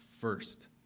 first